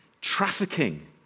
trafficking